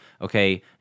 Okay